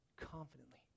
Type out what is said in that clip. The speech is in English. confidently